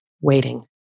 waiting